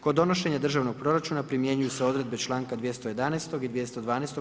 Kod donošenja državnog proračuna primjenjuju se odredbe članka 211. i 212.